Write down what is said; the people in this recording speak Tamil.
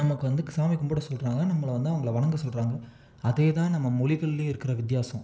நமக்கு வந்து சாமி கும்பிட சொல்கிறாங்க நம்மளை வந்து அவங்களை வணங்க சொல்கிறாங்க அதேதான் நம்ம மொழிகள்லேயும் இருக்கிற வித்தியாசம்